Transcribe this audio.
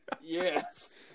Yes